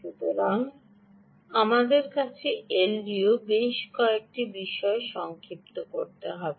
সুতরাং আমাদের কাছে এলডিওতে বেশ কয়েকটি বিষয় সংক্ষিপ্ত করতে হবে